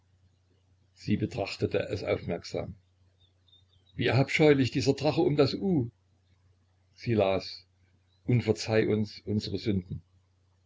sie betrachtete es aufmerksam wie abscheulich dieser drache um das u sie las und verzeih uns unsere sünden